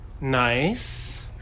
Nice